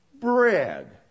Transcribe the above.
bread